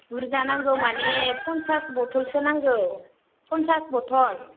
बुरजा नांगौ माने पन्सास बथलसो नांगौ पन्सास बथल